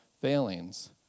failings